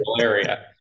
area